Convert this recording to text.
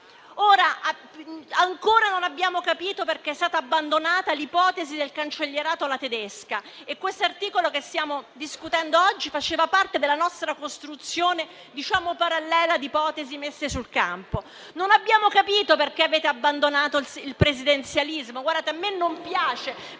Ancora non abbiamo capito perché è stata abbandonata l'ipotesi del cancellierato alla tedesca e questo articolo che stiamo discutendo oggi faceva parte della nostra costruzione parallela di ipotesi messe sul campo. Non abbiamo capito perché avete abbandonato il presidenzialismo, che a me non piace